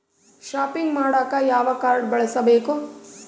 Shopping ಮಾಡಾಕ ಯಾವ card ಬಳಸಬೇಕು?